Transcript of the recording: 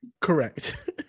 Correct